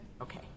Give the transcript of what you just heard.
okay